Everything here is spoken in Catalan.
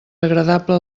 agradable